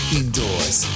indoors